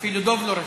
אפילו דב לא רשום.